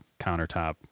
countertop